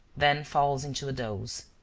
then falls into a doze.